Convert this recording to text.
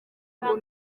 ngo